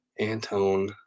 Antone